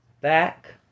Back